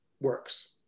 works